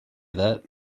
that